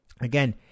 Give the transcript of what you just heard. again